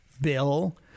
bill